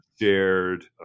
shared